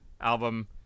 album